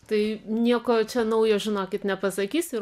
tai nieko čia naujo žinokit nepasakysiu ir